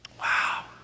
Wow